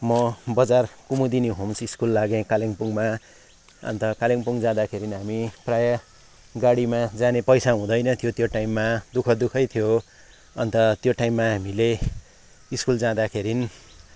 म बजार Kumudini homes school लागे कालेम्पोङमा अन्त कालेम्पोङ जाँदाखेरि हामी प्राय गाडीमा जाने पैसा हुँदैन थियो त्यो टाइममा दुःख दुःखै थियो अन्त त्यो टाइममा हामीले स्कुल जाँदाखेरिन